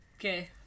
Okay